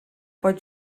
pot